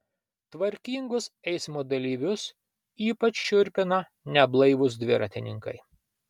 tvarkingus eismo dalyvius ypač šiurpina neblaivūs dviratininkai